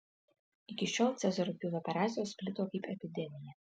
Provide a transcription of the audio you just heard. iki šiol cezario pjūvio operacijos plito kaip epidemija